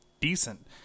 decent